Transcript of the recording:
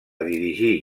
dirigir